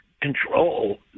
control